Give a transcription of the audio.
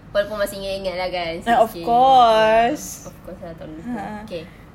walaupun masih ingat-ingat lah kan sis K of course ah tak boleh lupa